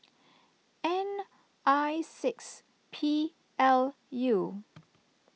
N I six P L U